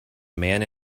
man